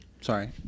sorry